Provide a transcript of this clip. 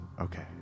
okay